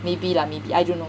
maybe lah maybe I don't know